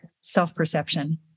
self-perception